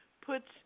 puts